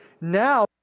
now